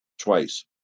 twice